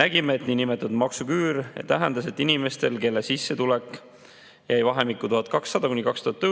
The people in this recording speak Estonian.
nägime, et niinimetatud maksuküür tähendas, et inimestel, kelle sissetulek jäi vahemikku 1200–2000